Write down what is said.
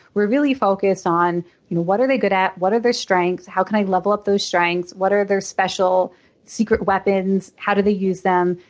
we're really focused on you know what they good at, what are their strengths, how can i level up those strengths, what are their special secret weapons, how do they use them?